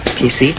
pc